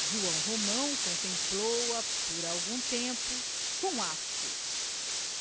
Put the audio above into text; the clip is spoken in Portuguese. joão romão contemplou-a por algum tempo com asco